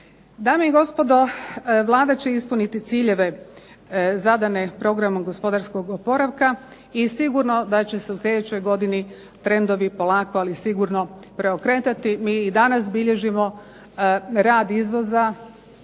Dame i gospodo, Vlada će ispuniti ciljeve zadane Programom gospodarskog oporavka i sigurno da će se u sljedećoj godini trendovi polako, ali sigurno preokretati. Mi i danas bilježimo rad izvoza,